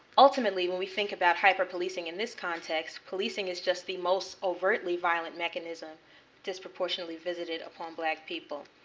ultimately, when we think about hyper-policing in this context, policing is just the most overtly violent mechanism disproportionately visited upon black people.